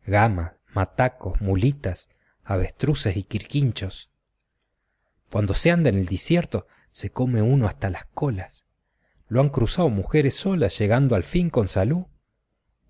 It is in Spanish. necesitagamas matacos mulitas avestruces y quirquinchos cuando se anda en el desierto se come uno hasta las colas lo han cruzao mujeres solas llegando al fin con salú